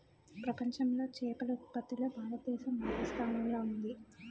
ప్రపంచంలో చేపల ఉత్పత్తిలో భారతదేశం మూడవ స్థానంలో ఉంది